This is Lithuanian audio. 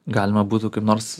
galima būtų kaip nors